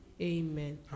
amen